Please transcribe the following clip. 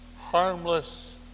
harmless